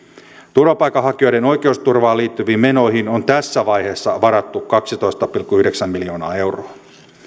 turvapaikanhakijoiden oikeusturvaan liittyviin menoihin on tässä vaiheessa varattu kaksitoista pilkku yhdeksän miljoonaa euroa